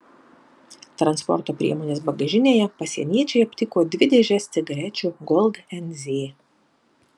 transporto priemonės bagažinėje pasieniečiai aptiko dvi dėžes cigarečių gold nz